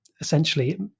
essentially